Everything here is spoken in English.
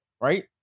right